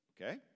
Okay